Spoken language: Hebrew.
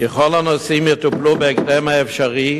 כי כל הנושאים יטופלו בהקדם האפשרי